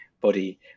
body